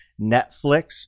Netflix